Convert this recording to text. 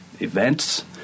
events